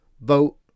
vote